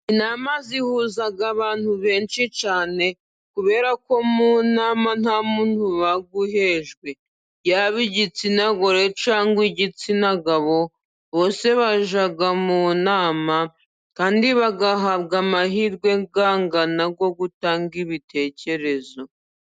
Inama zihuza abantu benshi cyane, kubera ko mu nama nta muntu uba uhejwe, yaba igitsina gore cyangwa igitsina gabo. Bose bajya mu nama, kandi bagahabwa amahirwe angana yo gutanga ibitekerezo.